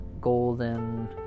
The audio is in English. golden